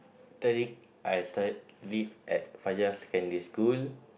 I studied at Fajar Secondary School